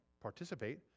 participate